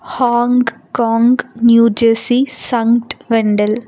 Hong Kong New Jersey Sankt Wendel